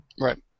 Right